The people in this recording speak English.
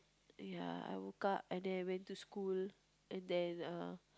ya I woke up and then I went to school and then uh